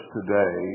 today